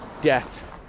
death